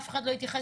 אף אחד לא התייחס.